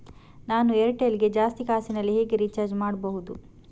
ನಾವು ಏರ್ಟೆಲ್ ಗೆ ಜಾಸ್ತಿ ಕಾಸಿನಲಿ ಹೇಗೆ ರಿಚಾರ್ಜ್ ಮಾಡ್ಬಾಹುದು?